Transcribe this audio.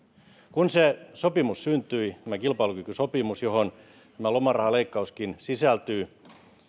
kun sopimus syntyi tämä kilpailukykysopimus johon lomarahaleikkauskin sisältyy